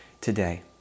today